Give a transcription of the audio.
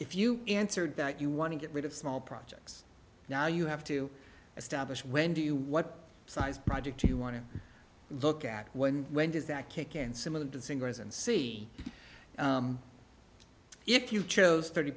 if you answered that you want to get rid of small projects now you have to establish when do you what size project you want to look at when when does that kick in similar to singers and see if you chose thirty